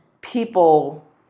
people